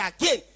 again